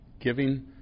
giving